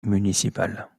municipal